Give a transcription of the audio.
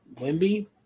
Wimby